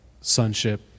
sonship